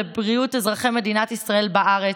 לבריאות אזרחי מדינת ישראל בארץ,